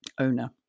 owner